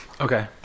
Okay